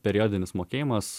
periodinis mokėjimas